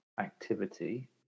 activity